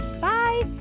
Bye